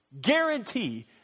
guarantee